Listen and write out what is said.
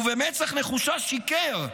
ובמצח נחושה שיקר.